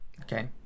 Okay